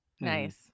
Nice